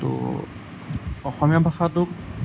ত' অসমীয়া ভাষাটোক